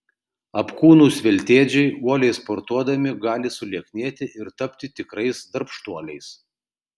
apkūnūs veltėdžiai uoliai sportuodami gali sulieknėti ir tapti tikrais darbštuoliais